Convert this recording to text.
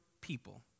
people